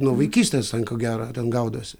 nuo vaikystės ten ko gero ten gaudosi